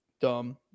dumb